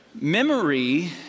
Memory